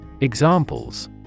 Examples